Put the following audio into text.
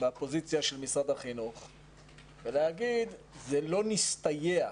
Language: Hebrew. בפוזיציה של משרד החינוך ולהגיד: זה לא נסתייע,